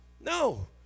No